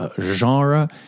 genre